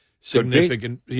significant